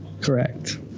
Correct